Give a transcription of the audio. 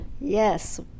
Yes